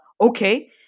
okay